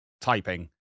typing